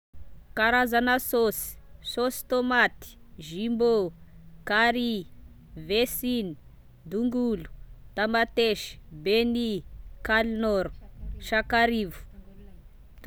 Karazana saosy: saosy tômaty, jumbo, carry, vesin, dongolo, tamatesy, benny, calnort, sakarivo.